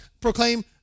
proclaim